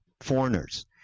foreigners